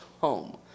home